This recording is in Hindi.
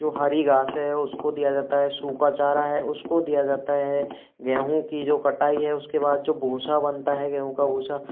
जो हरी घास है उसको दिया जाता है सुखा चारा है उसको दिया जाता है गेहूँ की जो कटाई है उसके बाद जो भूसा बनता है गेहूँ का भूसा